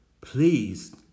Please